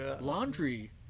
laundry